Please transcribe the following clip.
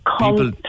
people